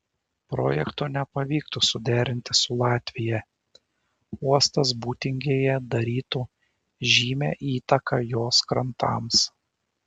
projekto nepavyktų suderinti su latvija uostas būtingėje darytų žymią įtaką jos krantams